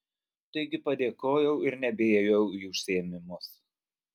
taigi padėkojau ir nebeėjau į užsiėmimus